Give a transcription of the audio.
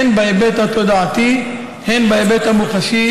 הן בהיבט התודעתי והן בהיבט המוחשי,